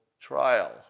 trial